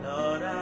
Lord